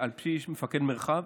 על פי מפקד מרחב,